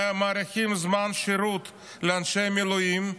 מאריכים את זמן השירות לאנשי מילואים,